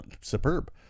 superb